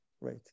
Right